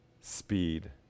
speed